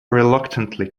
reluctantly